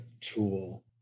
tool